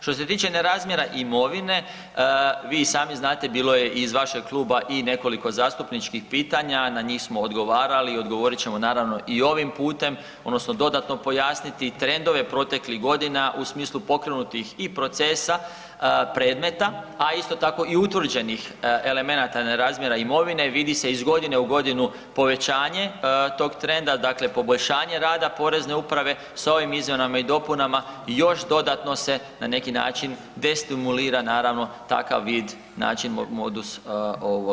Što se tiče nerazmjera imovine, vi i sami znate bilo je i iz vašeg kluba i nekoliko zastupničkih pitanja, na njih smo odgovarali i odgovorit ćemo i ovim putem odnosno dodatno pojasniti trendove proteklih godina u smislu pokrenutih procesa predmeta, a isto tako i utvrđenih elemenata nerazmjera imovine vidi se iz godine u godinu povećanje tog trenda dakle poboljšanja rada Porezne uprave s ovim izmjenama i dopunama još dodatno se na neki način destimulira takav vid, način, modus ponašanja.